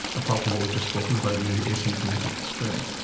apart from what we've just spoken about, the asymptomatic spread?